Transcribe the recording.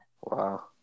Wow